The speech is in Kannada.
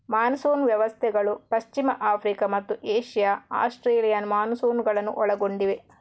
ಮಾನ್ಸೂನ್ ವ್ಯವಸ್ಥೆಗಳು ಪಶ್ಚಿಮ ಆಫ್ರಿಕಾ ಮತ್ತು ಏಷ್ಯಾ ಆಸ್ಟ್ರೇಲಿಯನ್ ಮಾನ್ಸೂನುಗಳನ್ನು ಒಳಗೊಂಡಿವೆ